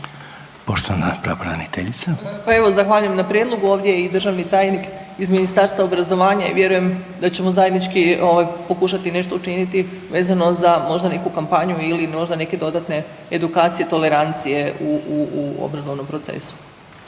Poštovana pravobraniteljica. **Slonjšak, Anka** Pa evo zahvaljujem na prijedlogu, ovdje je i državni tajnik iz Ministarstva obrazovanja i vjerujem da ćemo zajednički ovaj pokušati nešto učiniti vezano za možda neku kampanju ili možda neke dodatne edukacije tolerancije u obrazovnom procesu.